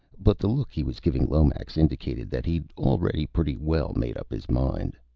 but the look he was giving lomax indicated that he'd already pretty well made up his mind.